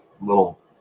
little